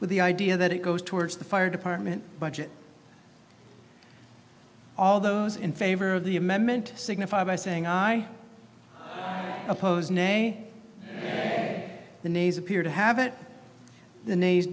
with the idea that it goes towards the fire department budget all those in favor of the amendment signify by saying i oppose nay the nays appear to have it the